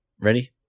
Ready